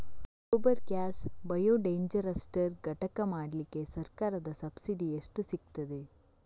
Gobar gas biodigester ಘಟಕ ಮಾಡ್ಲಿಕ್ಕೆ ಸರ್ಕಾರದ ಸಬ್ಸಿಡಿ ಎಷ್ಟು ಸಿಕ್ತಾದೆ?